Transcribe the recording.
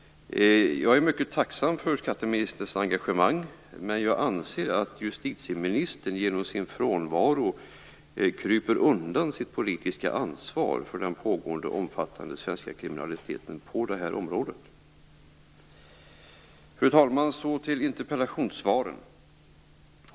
Jag är mycket tacksam för skatteministerns engagemang, men jag anser att justitieministern genom sin frånvaro kryper undan sitt politiska ansvar för den pågående omfattande svenska kriminaliteten på detta område. Fru talman! Så till svaren på frågorna i interpellationen.